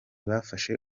bafashe